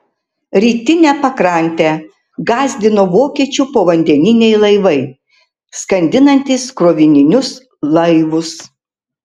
rytinę pakrantę gąsdino vokiečių povandeniniai laivai skandinantys krovininius laivus